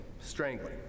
strangling